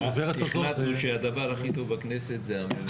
החלטנו שהדבר הכי טוב בכנסת זה הממ"מ.